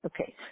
Okay